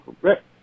correct